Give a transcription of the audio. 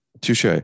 touche